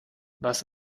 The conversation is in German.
was